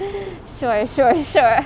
sure sure sure